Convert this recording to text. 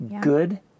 Good